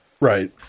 Right